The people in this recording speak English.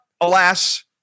alas